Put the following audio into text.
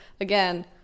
Again